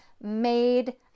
made